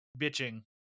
bitching